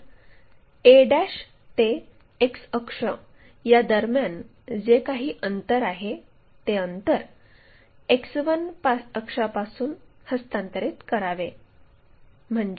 तर a ते X अक्ष यादरम्यान जे काही अंतर आहे ते अंतर X1 अक्षापासून हस्तांतरित करावे